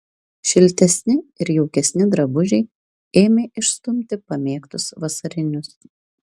šiltesni ir jaukesni drabužiai ėmė išstumti pamėgtus vasarinius